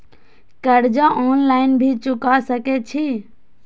कर्जा ऑनलाइन भी चुका सके छी?